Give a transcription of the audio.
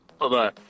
Bye-bye